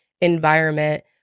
environment